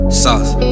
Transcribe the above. sauce